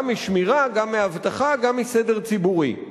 גם משמירה, גם מאבטחה, גם מסדר ציבורי.